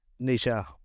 Nisha